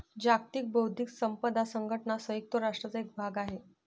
जागतिक बौद्धिक संपदा संघटना संयुक्त राष्ट्रांचा एक भाग आहे